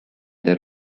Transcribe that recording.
their